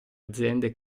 aziende